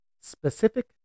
Specific